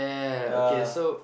yep